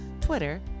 Twitter